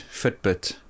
fitbit